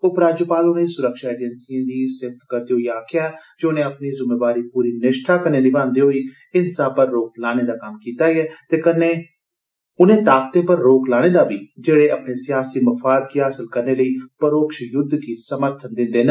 उपराज्यपाल होरें सुरक्षा एजेसिएं दी सिफ्त करदे होई आक्खेआ जे उनें अपनी जुम्मेवारी पूरी निश्ठा कन्नै निभान्दे होई हिंसा पर रोक लाने दा कम्म कीता ते कन्नै उन्दे ताकतें पर रोक लाने दा बी जेड़े अपने सियासी मफाद गी हासल करने लेई परोक्षयुद्ध गी समर्थन दिन्दे न